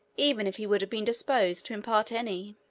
even if he would have been disposed to impart any.